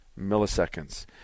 Milliseconds